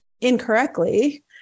incorrectly